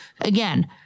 again